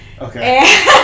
Okay